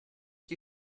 die